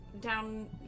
down